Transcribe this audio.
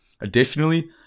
Additionally